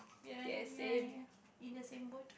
ya ya ya ya in the same boat